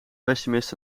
pessimist